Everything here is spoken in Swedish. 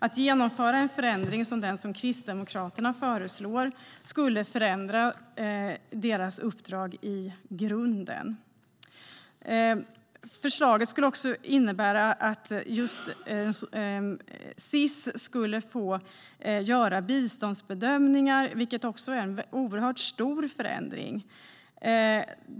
Att genomföra en förändring som den som Kristdemokraterna föreslår skulle förändra myndighetens uppdrag i grunden. Förslaget innebär också att Sis skulle få göra biståndsbedömningar, vilket också är en oerhört stor förändring.